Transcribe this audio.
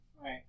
Right